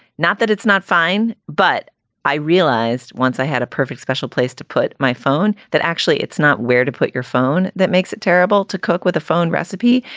not that it's not fine but i realized once i had a perfect special place to put my phone that actually it's not where to put your phone. that makes it terrible to cook with a phone recipe.